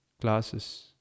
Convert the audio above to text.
classes